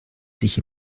sich